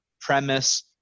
premise